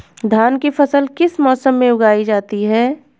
धान की फसल किस मौसम में उगाई जाती है?